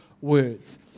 words